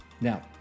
now